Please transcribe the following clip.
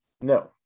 No